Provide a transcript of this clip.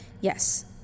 Yes